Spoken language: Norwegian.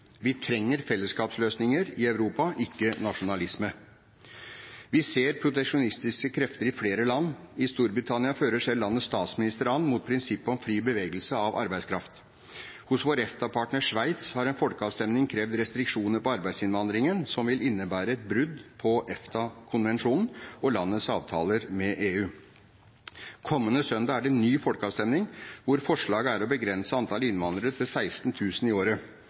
Vi trenger fellesskapsløsninger i Europa, ikke nasjonalisme. Vi ser proteksjonistiske krefter i flere land. I Storbritannia fører selv landets statsminister an mot prinsippet om fri bevegelse av arbeidskraft. Hos vår EFTA-partner Sveits har en folkeavstemning krevd restriksjoner på arbeidsinnvandringen som vil innebære et brudd på EFTA-konvensjonen og landets avtaler med EU. Kommende søndag er det en ny folkeavstemning hvor forslaget er å begrense antall innvandrere til 16 000 i året.